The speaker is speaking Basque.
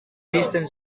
iristen